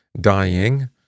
dying